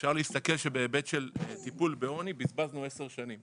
אפשר להסתכל שבהיבט של טיפול בעוני בזבזנו עשר שנים.